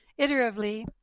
iteratively